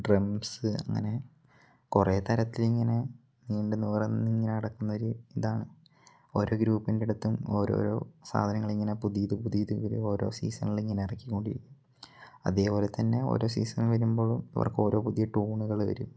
drums അങ്ങനെ കുറേ തരത്തിൽ ഇങ്ങനെ നീണ്ടു നിവര്ന്നു ഇങ്ങനെ കിടക്കുന്ന ഒരു ഇതാണ് ഓരോ ഗ്രൂപ്പിൻ്റെ അടുത്തും ഓരോരോ സാധനങ്ങൾ ഇങ്ങനെ പുതിയത് പുതിയത് ഇവർ ഓരോ സീസണിൽ ഇങ്ങനെ ഇറക്കി കൊണ്ടിരിക്കും അതേപോലെ തന്നെ ഓരോ സീസൺ വരുമ്പോഴും ഇവർക്ക് ഓരോ പുതിയ ടൂണുകൾ വരും